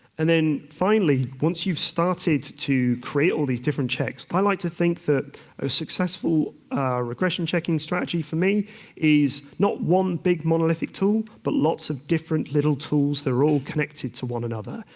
and then finally, once you've started to create all these different checks, i like to this that a successful regression-checking strategy for me is not one big monolithic tool but lots of different little tools that are all connected to one another,